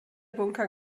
bunker